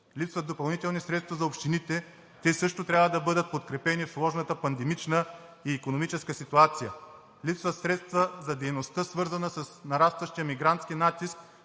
Липсват допълнителни средства за общините. Те също трябва да бъдат подкрепени в сложната пандемична и икономическа ситуация. Липсват средства за дейността, свързана с нарастващия мигрантски натиск,